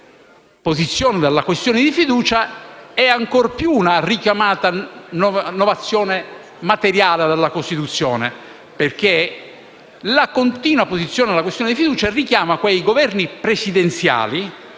una continua apposizione della questione di fiducia, costituisce ancora di più una richiamata novazione materiale della Costituzione, perché la continua apposizione della questione di fiducia richiama quei Governi presidenziali,